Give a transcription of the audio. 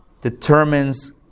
determines